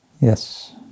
Yes